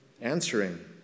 answering